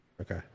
Okay